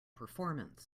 performance